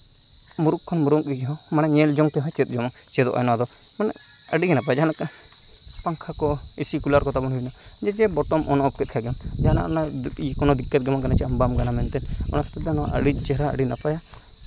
ᱢᱩᱨᱩᱠᱷ ᱠᱷᱚᱱ ᱢᱩᱨᱩᱠᱷ ᱤᱧᱫᱚ ᱢᱟᱱᱮ ᱧᱮᱞ ᱡᱚᱝ ᱛᱮᱦᱚᱸ ᱪᱮᱫᱚᱜᱼᱟ ᱱᱚᱣᱟᱫᱚ ᱢᱟᱱᱮ ᱟᱹᱰᱤᱜᱮ ᱱᱟᱯᱟᱭ ᱡᱟᱦᱟᱸ ᱞᱮᱠᱟ ᱯᱟᱝᱠᱷᱟ ᱠᱚ ᱮᱥᱤ ᱠᱩᱞᱟᱨ ᱠᱚ ᱛᱟᱵᱚᱱ ᱦᱩᱭᱱᱟ ᱡᱮᱛᱮ ᱵᱳᱛᱟᱢ ᱚᱱ ᱚᱯᱷ ᱠᱮᱜ ᱠᱷᱟᱱ ᱫᱚᱢ ᱡᱟᱦᱟᱱᱟᱜ ᱠᱳᱱᱳ ᱫᱤᱠᱠᱚᱛ ᱜᱮ ᱵᱟᱝ ᱠᱟᱱᱟ ᱡᱮ ᱟᱢ ᱵᱟᱢ ᱜᱟᱱᱟ ᱢᱮᱱᱛᱮ ᱚᱱᱟ ᱦᱚᱛᱮᱡ ᱛᱮ ᱟᱹᱰᱤ ᱪᱮᱦᱨᱟ ᱟᱹᱰᱤ ᱱᱟᱯᱟᱭᱟ